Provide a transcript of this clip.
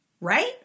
Right